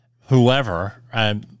whoever